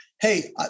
hey